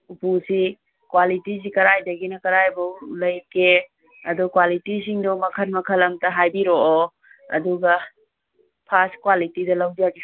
ꯎꯄꯨꯁꯤ ꯀ꯭ꯋꯥꯂꯤꯇꯤꯁꯤ ꯀꯔꯥꯏꯗꯒꯤꯅ ꯀꯔꯥꯏ ꯐꯥꯎ ꯂꯩꯒꯦ ꯑꯗꯣ ꯀ꯭ꯋꯥꯂꯤꯇꯤꯁꯤꯡꯗꯣ ꯃꯈꯟ ꯃꯈꯟ ꯑꯝꯇ ꯍꯥꯏꯕꯤꯔꯛꯑꯣ ꯑꯗꯨꯒ ꯐꯥꯁ ꯀ꯭ꯋꯥꯂꯤꯇꯤꯗ ꯂꯧꯖꯒꯦ